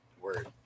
Word